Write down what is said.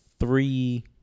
Three